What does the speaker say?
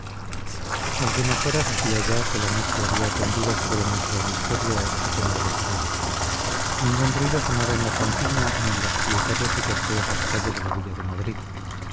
algunas horas hacía ya que la noche había tendido sobre nuestro hemisferio su tenebroso velo ningún ruido sonaba en la campiña ni en las solitarias y tortuosas calles de la villa de madrid